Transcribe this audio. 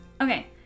Okay